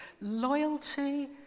loyalty